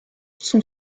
son